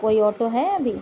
کوئی آٹو ہے ابھی